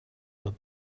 the